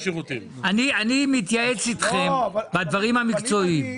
אני מתייעץ איתכם בדברים המקצועיים.